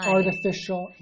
Artificial